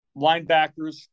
Linebackers